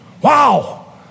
Wow